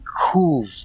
cool